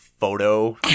photo